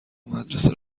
مدرسه